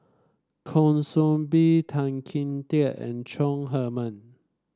Kwa Soon Bee Tan Kim Tian and Chong Heman